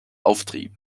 auftrieb